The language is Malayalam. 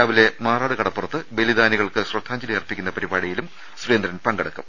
രാവിലെ മാറാട് കട പ്പുറത്ത് ബലിദാനികൾക്ക് ശ്രദ്ധാഞ്ജലി അർപ്പിക്കുന്ന പരിപാടിയിലും സുരേ ന്ദ്രൻ പങ്കെടുക്കും